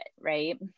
right